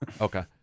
Okay